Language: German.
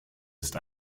ist